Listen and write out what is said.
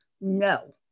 No